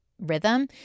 rhythm